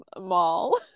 mall